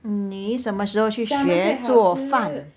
你什么时候去学做饭